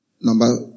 Number